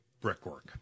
brickwork